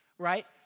right